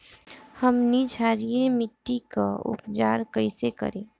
हमनी क्षारीय मिट्टी क उपचार कइसे करी?